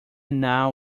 now